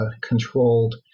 controlled